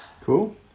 Cool